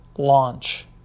Launch